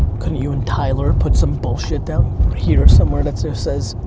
couldn't you and tyler put some bullshit down here or somewhere that so says,